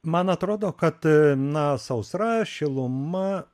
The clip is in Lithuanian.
man atrodo kad na sausra šiluma